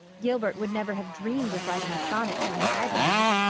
gilbert would never have dreamed of writing a sonnet to her eyebrows.